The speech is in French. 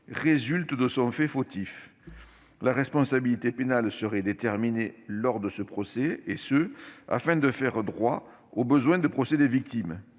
résulte de son fait fautif. La responsabilité pénale serait déterminée lors de ce procès afin de faire droit au besoin de procès des victimes.